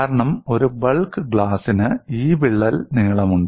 കാരണം ഒരു ബൾക്ക് ഗ്ലാസിന് ഈ വിള്ളൽ നീളമുണ്ട്